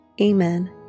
Amen